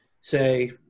say